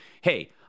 hey